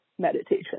meditation